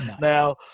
now